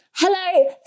Hello